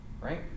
Right